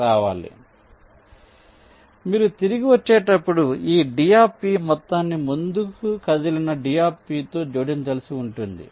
కాబట్టి మీరు తిరిగి వచ్చేటప్పుడు ఈ d మొత్తాన్ని ముందుకు కదిలిన d తో జోడించాల్సి ఉంటుంది